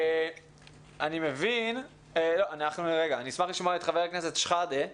נשמע את חבר הכנסת שחאדה,